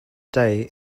day